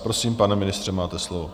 Prosím, pane ministře, máte slovo.